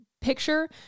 picture